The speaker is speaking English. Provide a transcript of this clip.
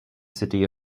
city